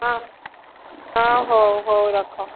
ହଁ ହଁ ହଉ ହଉ ରଖ